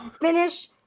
finish